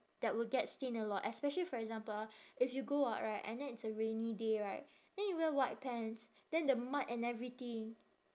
that will get stain a lot especially for example ah if you go out right and then it's a rainy day right then you wear white pants then the mud and everything